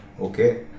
Okay